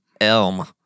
Elm